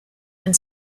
and